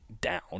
down